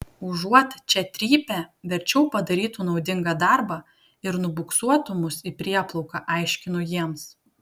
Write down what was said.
užuot čia trypę verčiau padarytų naudingą darbą ir nubuksuotų mus į prieplauką aiškinu jiems